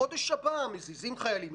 בחודש הבא מזיזים חיילים?